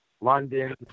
London